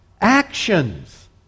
actions